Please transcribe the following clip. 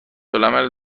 العمل